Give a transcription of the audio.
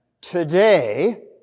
today